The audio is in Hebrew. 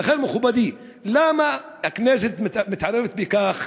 לכן, מכובדי, למה הכנסת מתערבת בכך